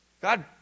God